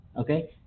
Okay